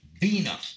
Bina